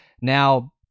Now